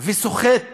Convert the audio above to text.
וסוחט